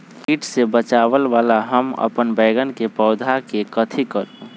किट से बचावला हम अपन बैंगन के पौधा के कथी करू?